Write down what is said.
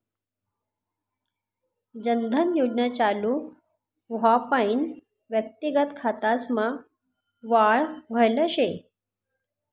जन धन योजना चालू व्हवापईन व्यक्तिगत खातासमा वाढ व्हयल शे